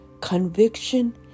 conviction